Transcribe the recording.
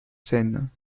seine